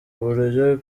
uburyo